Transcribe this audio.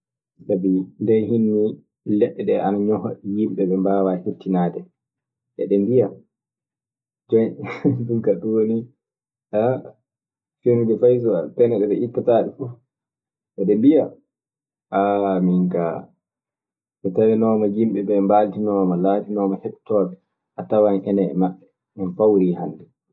Nden hinnii leɗɗe ɗe ana ñoha yimɓe ɓe mbaawaa hettinaade ɓe. Eɗe mbiya jonkaa ɗum kaa ɗum woni han, fenude pene ɗee fay ɗo ittuɗaa ɗe fuf. Eɓe mbiya ah mi kaa so tawinooma yimɓe ɓee mbaltinooma, laatinooma heɗotooɓe fuu a tawan enem e maɓɓe en pawrii hannde.